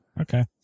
Okay